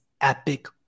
epic